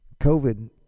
COVID